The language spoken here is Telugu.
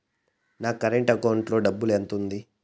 నా కరెంట్ అకౌంటు లో డబ్బులు ఎంత ఉంది?